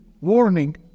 warning